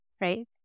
right